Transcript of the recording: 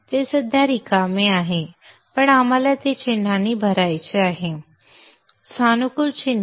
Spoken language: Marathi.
ते सध्या रिकामे आहे पण आपण ते चिन्हांनी भरायचे आहे सानुकूल चिन्हे